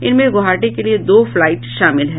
इनमें गोवाहाटी के लिये दो फ्लाइट शामिल हैं